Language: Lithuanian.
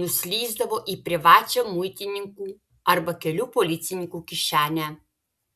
nuslysdavo į privačią muitininkų arba kelių policininkų kišenę